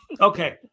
Okay